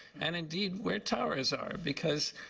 and indeed, where towers are. because